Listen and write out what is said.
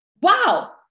wow